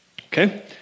Okay